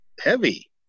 heavy